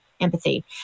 empathy